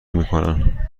میکنن